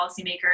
policymakers